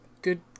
good